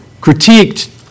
critiqued